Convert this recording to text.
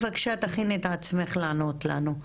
בבקשה תכיני את עצמך לענות לנו.